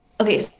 Okay